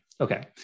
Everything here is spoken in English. Okay